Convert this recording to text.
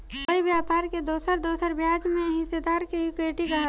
कोई व्यापारी के दोसर दोसर ब्याज में हिस्सेदारी के इक्विटी कहाला